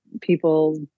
people